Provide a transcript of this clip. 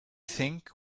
think